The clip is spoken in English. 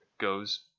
goes